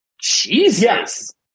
Jesus